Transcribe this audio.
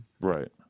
Right